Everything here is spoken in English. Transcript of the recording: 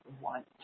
want